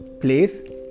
place